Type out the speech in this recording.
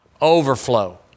overflow